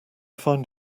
find